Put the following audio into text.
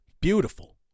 Beautiful